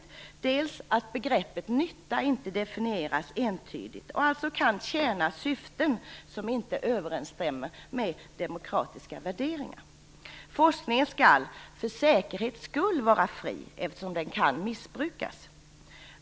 Vi anser också att begreppet nytta inte definieras entydigt och alltså kan tjäna syften som inte överensstämmer med demokratiska värderingar. Forskningen skall för säkerhets skull vara fri, eftersom den kan missbrukas.